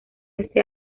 este